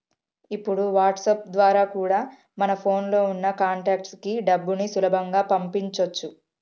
ఇప్పుడు వాట్సాప్ ద్వారా కూడా మన ఫోన్ లో ఉన్న కాంటాక్ట్స్ కి డబ్బుని చాలా సులభంగా పంపించొచ్చు